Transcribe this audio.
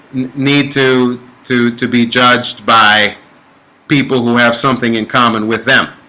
need to to to be judged by people who have something in common with them